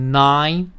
nine